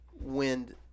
wind